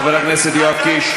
חבר הכנסת יואב קיש.